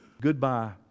Goodbye